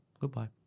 Goodbye